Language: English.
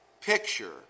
picture